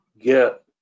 get